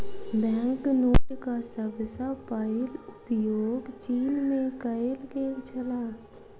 bank नोटक सभ सॅ पहिल उपयोग चीन में कएल गेल छल